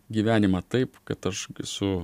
gyvenimą taip kad aš su